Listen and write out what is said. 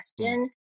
question